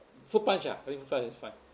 fruit punch ah I think fruit punch is fine